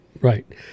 right